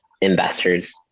investors